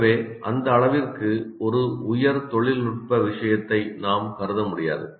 எனவே அந்த அளவிற்கு ஒரு உயர் தொழில்நுட்ப விஷயத்தை நாம் கருத முடியாது